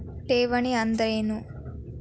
ಠೇವಣಿ ಅಂದ್ರೇನು?